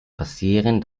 passieren